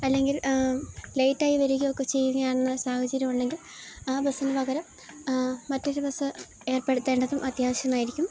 അല്ലെങ്കിൽ ലേറ്റായി വരികയൊക്കെ ചെയ്യുകനോള്ള സാഹചര്യംമുണ്ടെങ്കിൽ ആ ബസ്സിന് പകരം മറ്റൊരു ബസ്സ് ഏർപ്പെടുത്തേണ്ടതും അത്യാവശ്യമായിരിക്കും